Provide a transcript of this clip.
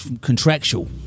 contractual